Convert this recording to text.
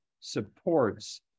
supports